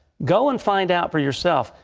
go and find out for yourself.